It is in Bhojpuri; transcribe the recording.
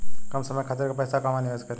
कम समय खातिर के पैसा कहवा निवेश करि?